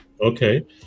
Okay